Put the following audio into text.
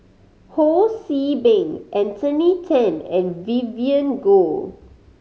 Ho See Beng Anthony Then and Vivien Goh